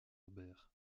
harbert